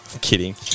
Kidding